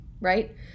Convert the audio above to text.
right